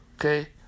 okay